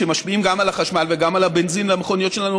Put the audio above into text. שמשפיעים גם על החשמל וגם על הבנזין למכוניות שלנו,